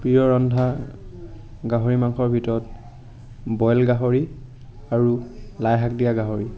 প্ৰিয় ৰন্ধা গাহৰি মাংসৰ ভিতৰত বইল গাহৰি আৰু লাইশাক দিয়া গাহৰি